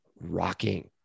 rocking